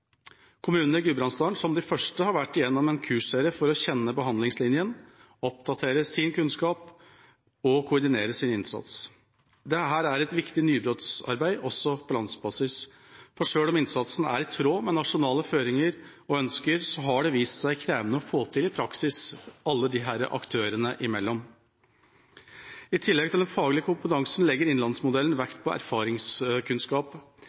Kommunene i Gudbrandsdalen har som de første vært gjennom en kursserie for å bli kjent med behandlingslinjen, oppdatere sin kunnskap og koordinere sin innsats. Dette er et viktig nybrottsarbeid også på landsbasis, for selv om innsatsen er i tråd med nasjonale føringer og ønsker, har det vist seg krevende å få til i praksis alle disse aktørene imellom. I tillegg til den faglige kompetansen legges det i Innlandsmodellen